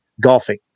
golfing